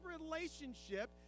relationship